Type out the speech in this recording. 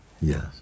Yes